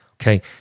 Okay